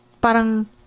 parang